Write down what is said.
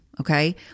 okay